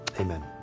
amen